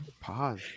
Pause